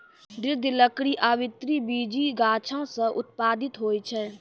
दृढ़ लकड़ी आवृति बीजी गाछो सें उत्पादित होय छै?